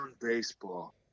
baseball